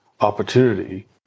opportunity